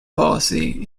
policy